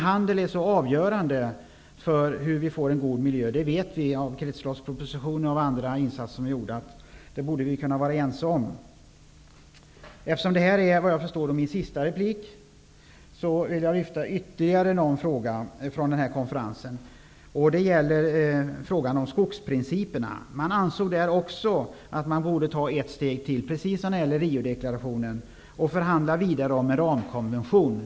Handeln är så avgörande för hur vi får en god miljö. Det vi vet från kretsloppspropositionen och från andra insatser som är gjorda. Det borde vi kunna vara ense om. Eftersom det här, vad jag förstår, är min sista replik vill jag lyfta fram ytterligare en fråga från den här konferensen. Det gäller frågan om skogsprinciperna. Där ansågs det också att vi borde ta ett steg till, precis som när det gäller Riodeklarationen, och förhandla vidare om en ramkonvention.